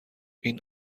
این